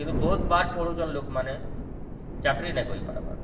ବହୁତ୍ ପାଠ୍ ପଢ଼ୁଛନ୍ ଲୋକ୍ମାନେ ଚାକ୍ରି ନାଇଁ କରି ପାର୍ବାର୍